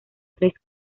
tres